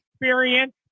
experience